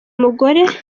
umugore